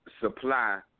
Supply